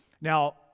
Now